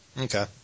Okay